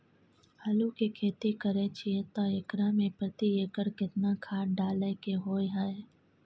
आलू के खेती करे छिये त एकरा मे प्रति एकर केतना खाद डालय के होय हय?